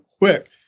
quick